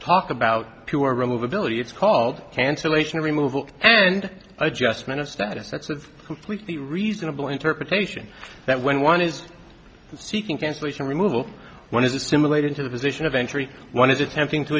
remove ability it's called cancellation removal and adjustment of status that's of completely reasonable interpretation that when one is seeking cancellation removal one of the simulator into the position of entry one of the tempting to